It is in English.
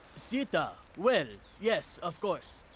sita! well, yes, of course,